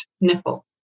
nipple